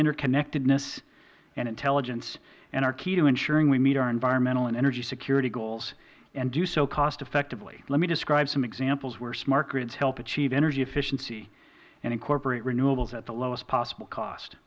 interconnectedness and intelligence and are key to ensuring we meet our environmental and energy security goals and do so cost effectively let me describe some examples where smart grids help achieve energy efficiency and incorporate renewables at the lowest possible cost